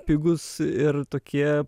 pigūs ir tokie